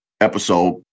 episode